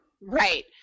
right